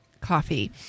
coffee